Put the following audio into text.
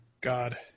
God